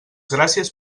gràcies